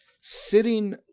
sitting